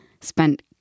spent